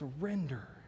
Surrender